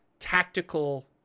Tactical